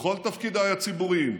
בכל תפקידיי הציבוריים,